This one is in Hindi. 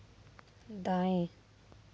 दाएँ